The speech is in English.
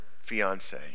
fiance